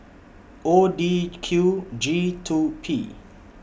O D Q G two P